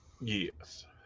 Yes